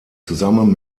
zusammen